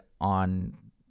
on